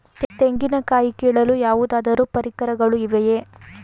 ತೆಂಗಿನ ಕಾಯಿ ಕೀಳಲು ಯಾವುದಾದರು ಪರಿಕರಗಳು ಇವೆಯೇ?